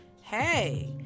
hey